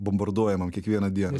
bombarduojamam kiekvieną dieną